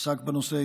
שעסק בנושא,